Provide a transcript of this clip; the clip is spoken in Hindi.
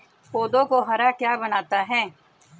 पौधों को हरा क्या बनाता है?